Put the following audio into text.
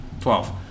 Twelve